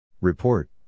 Report